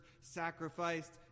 sacrificed